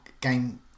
game